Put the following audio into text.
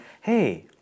Hey